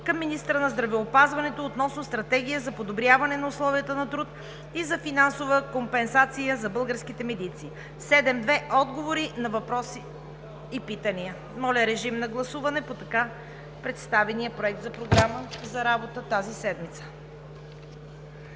към министъра на здравеопазването относно стратегия за подобряване на условията на труд и за финансова компенсация на българските медици; 7.2. Отговори на въпроси и питания.“ Моля, режим на гласуване по така представения Проект за програма за работа тази седмица.